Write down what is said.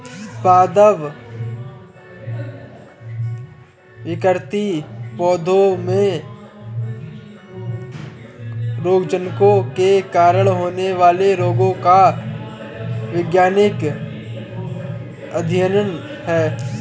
पादप विकृति पौधों में रोगजनकों के कारण होने वाले रोगों का वैज्ञानिक अध्ययन है